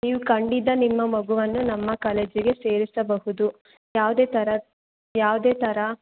ನೀವು ಖಂಡಿತ ನಿಮ್ಮ ಮಗುವನ್ನು ನಮ್ಮ ಕಾಲೇಜಿಗೆ ಸೇರಿಸಬಹುದು ಯಾವುದೇ ಥರ ಯಾವುದೇ ಥರ